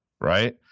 Right